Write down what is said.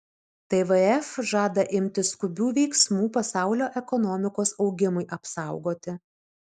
tvf žada imtis skubių veiksmų pasaulio ekonomikos augimui apsaugoti